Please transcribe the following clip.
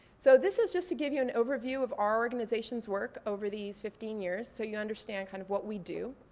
so this is just to give you an overview of our organization's work over these fifteen years so you understand kind of what we do.